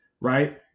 right